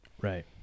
right